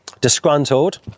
disgruntled